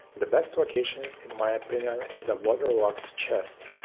the best location in my opinion is a waterlogged chest.